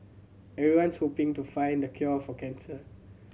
everyone's hoping to find the cure for cancer